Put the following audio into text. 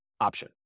option